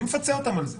מי מפצה אותם על כך?